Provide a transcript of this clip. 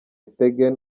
stegen